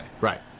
Right